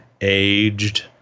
aged